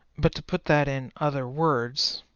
but to put that in other words,